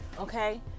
okay